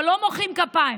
אבל לא מוחאים כפיים,